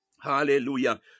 Hallelujah